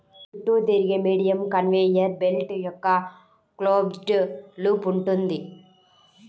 చుట్టూ తిరిగే medium conveyor belt యొక్క క్లోజ్డ్ లూప్ ఉంటుంది